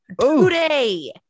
today